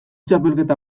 txapelketa